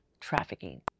trafficking